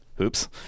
Oops